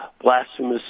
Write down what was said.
blasphemous